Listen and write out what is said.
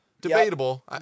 Debatable